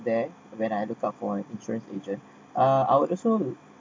there when I look out for an insurance agent uh I would also